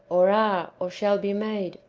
or are, or shall be made,